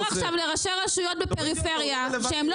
אתה אומר עכשיו לראשי רשויות בפריפריה שהן לא